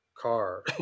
car